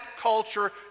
culture